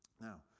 Now